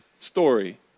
story